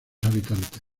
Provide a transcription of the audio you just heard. habitantes